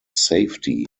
safety